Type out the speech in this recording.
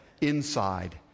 inside